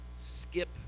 skip